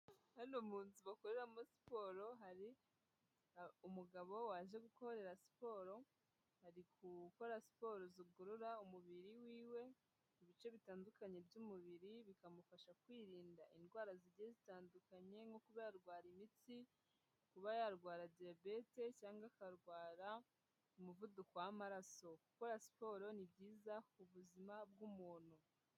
Hano munzu bakoreramo siporo, hari umugabo waje gukorera siporo, ari gukora siporo zigororara umubiri wiwe, mu bice bitandukanye by'umubiri, bikamufasha kwirinda indwara zigiye zitandukanye nko kuba yarwara imitsi, kuba yarwara Diabete cyangwa akarwara Umuvuduko w'amaraso, gukora siporo ni byiza ku buzima bw'umuntu.